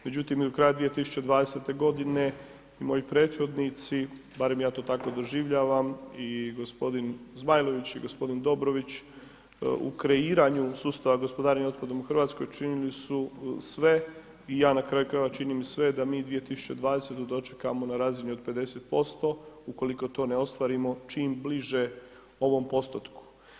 Međutim, mi do kraja 2020.g., moji prethodnici, barem ja to tako doživljavam i gospodin Zmajlović i gospodin Dobrović, u kreiranju sustava gospodarenja otpadom u Hrvatskoj, učinili su sve i ja na kraju krajeva činim sve da mi 2020. dočekamo na razini 50%, ukoliko to ne ostvarim, čim bliže ovom postotku.